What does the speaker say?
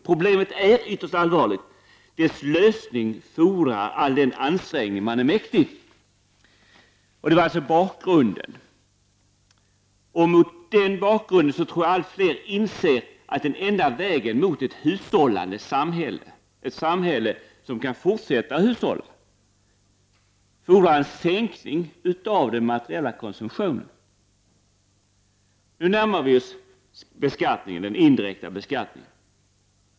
Problemet är ytterst allvarligt, och dess lösning fordrar all den ansträngning man är mäktig. Detta var således bakgrunden, och mot denna bakgrund tror jag att allt fler inser att den enda vägen mot ett hushållande samhälle, ett samhälle som kan fortsätta att hushålla, fordrar en sänkning av den materiella konsumtionen. Vi närmar oss nu beskattningen, den indirekta beskattningen.